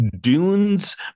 Dune's